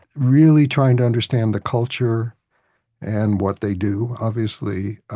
really trying to understand the culture and what they do obviously.